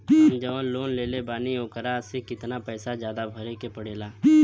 हम जवन लोन लेले बानी वोकरा से कितना पैसा ज्यादा भरे के पड़ेला?